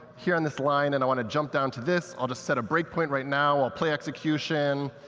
here on this line, and i want to jump down to this. i'll just set a breakpoint right now. i'll play execution.